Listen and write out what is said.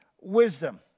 wisdom